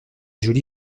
jolie